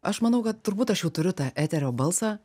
aš manau kad turbūt aš jau turiu tą eterio balsą